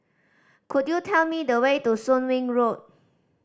could you tell me the way to Soon Wing Road